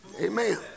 Amen